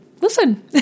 listen